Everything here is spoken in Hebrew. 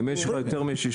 אם יש לך יותר מ-60,